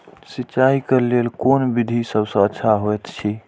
सिंचाई क लेल कोन विधि सबसँ अच्छा होयत अछि?